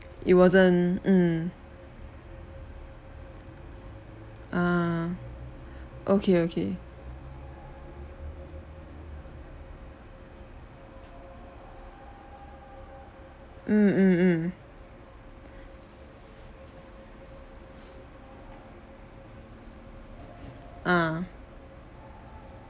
it wasn't mm ah okay okay mm mm mm ah